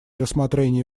рассмотрении